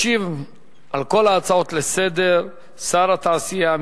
ישיב על כל ההצעות לסדר-היום שר התעשייה,